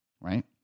Right